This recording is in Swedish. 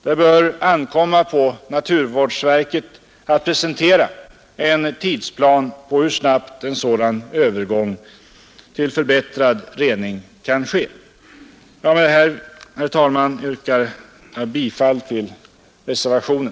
Det bör ankomma på naturvårdsverket att presentera en tidsplan på hur snabbt en sådan övergång till förbättrad rening kan ske. Herr talman! Med det här ber jag att få yrka bifall till reservationen.